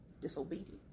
disobedient